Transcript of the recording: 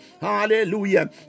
hallelujah